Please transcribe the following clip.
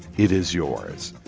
it is yours.